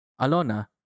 Alona